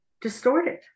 distorted